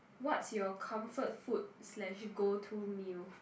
what's your comfort food slash go to meal